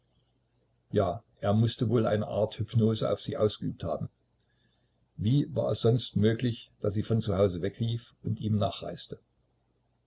ja er mußte wohl eine art hypnose auf sie ausgeübt haben wie war es sonst möglich daß sie von zu hause weglief und ihm nachreiste